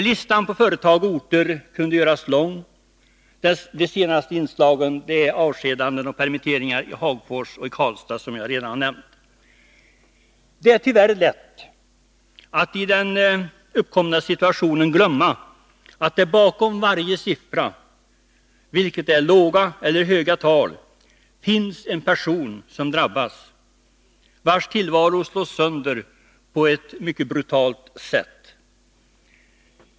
Listan på företag och orter kunde göras lång. De senaste inslagen är avskedanden och permitteringar i Hagfors; avskedandena i Karlstad har jag redan nämnt. Det är tyvärr lätt att i den uppkomna situationen glömma att det bakom varje siffra, oavsett om det är låga eller höga tal, finns en person som drabbas, vars tillvaro slås sönder på ett brutalt sätt.